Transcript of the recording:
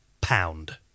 pound